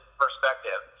perspective